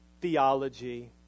theology